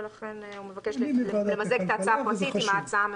ולכן הוא מבקש למזג את ההצעה הפרטית עם ההצעה הממשלתית.